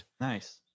Nice